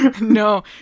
No